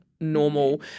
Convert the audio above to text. normal